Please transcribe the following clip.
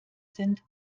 sind